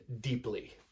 deeply